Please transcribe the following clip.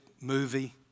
movie